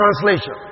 translation